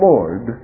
Lord